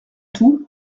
tout